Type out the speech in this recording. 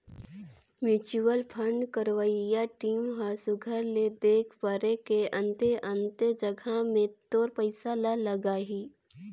mutual fund करवइया team ह सुग्घर ले देख परेख के अन्ते अन्ते जगहा में तोर पइसा ल लगाहीं